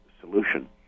solution